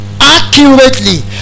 accurately